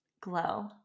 glow